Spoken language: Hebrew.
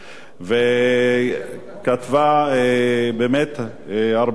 וכתבה באמת הרבה ספרים,